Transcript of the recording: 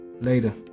Later